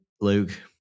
Luke